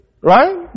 Right